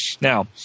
Now